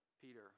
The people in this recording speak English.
Peter